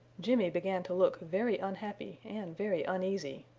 jimmy began to look very unhappy and very uneasy.